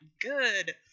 good